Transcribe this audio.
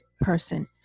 person